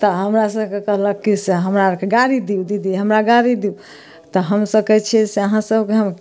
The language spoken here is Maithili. तऽ हमरा सबके कहलक की से हमरा आरके गारी दू दीदी हमरा गारी दू तऽ हमसब कहै छियै से आहाँ सबके हम